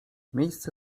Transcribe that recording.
miejsce